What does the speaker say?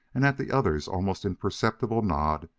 and, at the other's almost imperceptible nod,